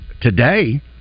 today